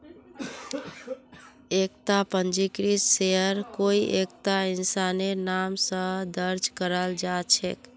एकता पंजीकृत शेयर कोई एकता इंसानेर नाम स दर्ज कराल जा छेक